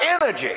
energy